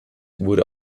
wurde